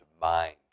mind